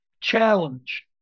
challenge